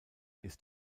ist